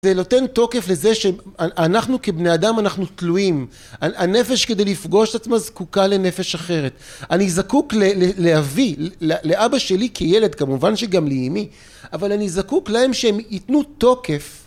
זה נותן תוקף לזה שאנחנו כבני אדם אנחנו תלויים הנפש כדי לפגוש את עצמה זקוקה לנפש אחרת אני זקוק לאבי לאבא שלי כילד כמובן שגם לאמי אבל אני זקוק להם שהם יתנו תוקף